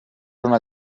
una